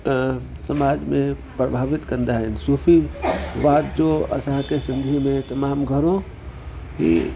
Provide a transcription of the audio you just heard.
समाज में प्रभावित कंदा आहिनि सुफ़ी वाद जो असांखे सिंधी में तमामु घणो ई